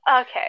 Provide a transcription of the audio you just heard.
Okay